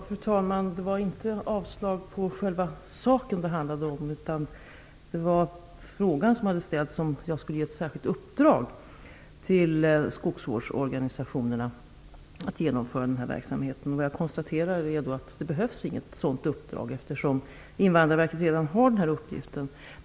Fru talman! Det handlade inte om avslag på själva saken. Frågan som ställdes gällde om jag skulle ge ett särskilt uppdrag till skogsvårdsorganisationerna att genomföra verksamheten. Det jag konstaterar är att det inte behövs något sådant uppdrag eftersom Invandrarverket redan har denna uppgift.